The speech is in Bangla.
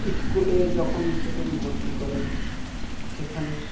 স্কুলে যখন প্রথম ভর্তি করেন সেখানে